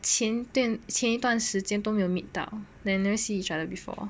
前段前一段时间都没有 meet-up then never see each other before